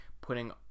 putting